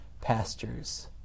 pastures